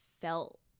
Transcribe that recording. felt